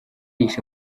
yishe